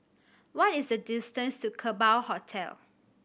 what is the distance to Kerbau Hotel